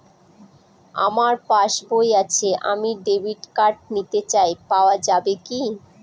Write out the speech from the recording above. আমার পাসবই আছে আমি ডেবিট কার্ড নিতে চাই পাওয়া যাবে কি?